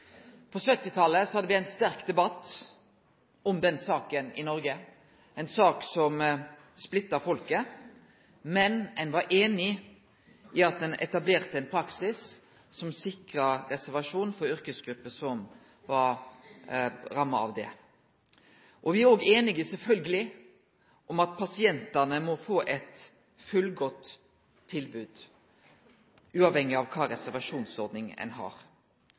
På 1970-talet hadde me ein sterk debatt om denne saka i Noreg, ei sak som splitta folket, men ein var einig i at ein etablerte ein praksis som sikra reservasjonsrett for yrkesgrupper som var ramma av dette. Vi er òg einige om – sjølvsagt – at pasientane må få eit fullgodt tilbod, uavhengig av kva reservasjonsordning ein har.